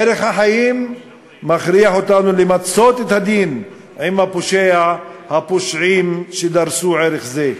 ערך החיים מכריח אותנו למצות את הדין עם הפושע או הפושעים שדרסו ערך זה.